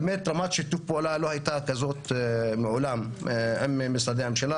באמת שרמת שיתוף פעולה כזו עם משרדי הממשלה